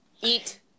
eat